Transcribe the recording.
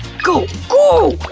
go! go!